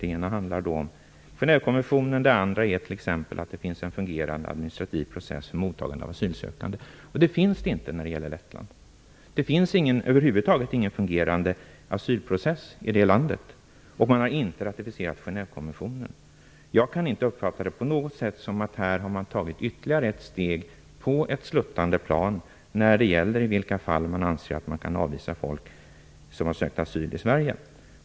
Det ena handlar om Genèvekonventionen, det andra är t.ex. att det finns en fungerande administrativ process för mottagande av asylsökande. Det finns det inte när det gäller Lettland. Det finns över huvud taget ingen fungerande asylprocess i det landet, och man har inte ratificerat Genèvekonventionen. Jag kan inte på något sätt uppfatta det som annat än att här har man tagit ytterligare ett steg på ett sluttande plan när det gäller i vilka fall man anser att man kan avvisa människor som har sökt asyl i Sverige.